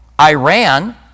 Iran